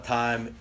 time